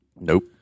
Nope